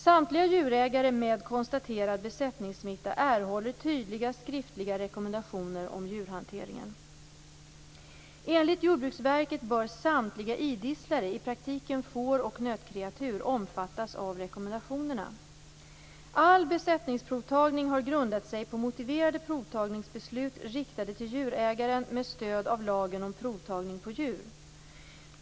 Samtliga djurägare med konstaterad besättningssmitta erhåller tydliga skriftliga rekommendationer om djurhanteringen. Enligt Jordbruksverket bör samtliga idisslare - i praktiken får och nötkreatur - omfattas av rekommendationerna. All besättningsprovtagning har grundat sig på motiverade provtagningsbeslut riktade till djurägare med stöd av lagen om provtagning på djur.